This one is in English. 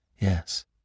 Yes